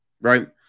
Right